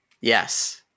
Yes